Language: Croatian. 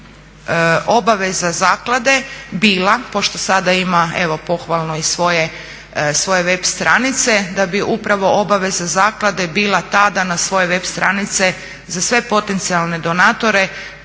da bi upravo zaklade bila, pošto sada ima evo pohvalno i svoje web stranice, da bi upravo obaveza zaklade bila ta da na svoje web stranice za sve potencijalne donatore